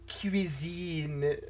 cuisine